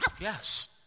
Yes